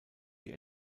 die